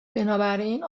بنابراین